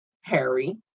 Harry